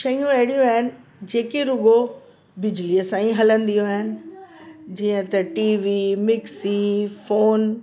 शयूं अहिड़ियूं आहिनि जेके रुगो बिजलीअ सां ई हलंदियूं आहिनि जीअं त टीवी मिक्सी फ़ोन